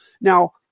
now